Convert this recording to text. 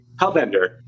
Hellbender